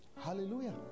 Hallelujah